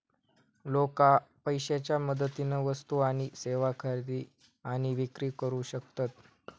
लोका पैशाच्या मदतीन वस्तू आणि सेवा खरेदी आणि विक्री करू शकतत